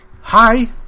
Hi